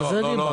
על זה דיברתי.